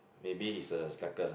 maybe he's a stacker